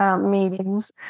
meetings